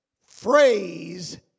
phrase